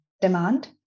demand